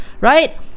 right